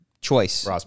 choice